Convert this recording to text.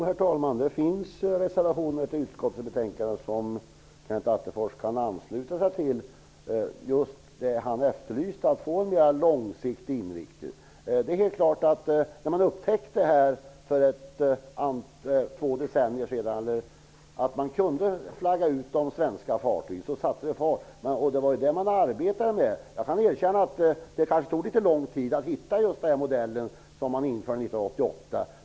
Herr talman! Jo, det finns reservationer till utskottsbetänkandet som Kenneth Attefors kan ansluta sig till för just det han efterlyste, att få en mera långsiktig inriktning. När man upptäckte för två decennier sedan att man kunde flagga ut de svenska fartygen, så satte det fart. Det var den saken man arbetade med. Jag kan erkänna att det tog litet lång tid att hitta den modell man införde 1988.